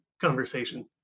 conversation